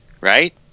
Right